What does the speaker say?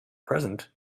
present